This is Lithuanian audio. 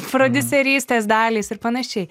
prodiuserystės dalys ir panašiai